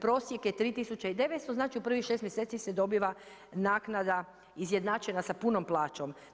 Prosjek je 3900, znači u prvi 6 mjeseci se dobiva naknada izjednačena sa punom plaćom.